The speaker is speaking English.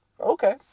Okay